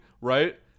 right